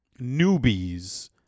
newbies